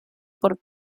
por